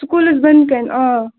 سکوٗلس بۅنہٕ کنہِ آ